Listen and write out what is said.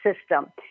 system